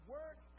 Work